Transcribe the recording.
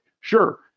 Sure